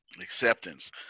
Acceptance